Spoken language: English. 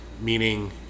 meaning